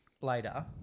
later